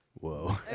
Whoa